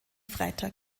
freitag